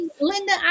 Linda